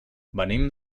venim